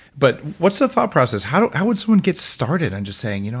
but what's the thought process? how how would someone get started? and just saying, you know